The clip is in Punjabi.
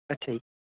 ਅੱਛਾ ਜੀ